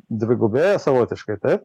dvigubėja savotiškai taip